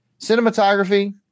Cinematography